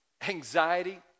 anxiety